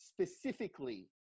specifically